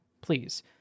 please